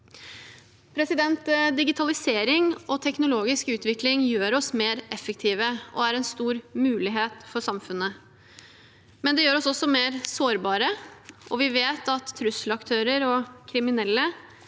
Digitalisering og teknologisk utvikling gjør oss mer effektive og er en stor mulighet for samfunnet, men det gjør oss også mer sårbare. Vi vet at trusselaktører og kriminelle